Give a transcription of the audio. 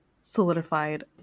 solidified